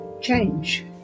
change